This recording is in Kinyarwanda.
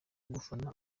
gufana